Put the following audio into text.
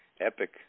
epic